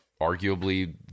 arguably